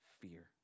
fear